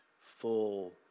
full